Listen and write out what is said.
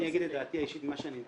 אני אגיד את דעתי האישית ממה שאני נתקל,